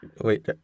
Wait